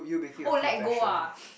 oh let go ah